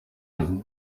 yari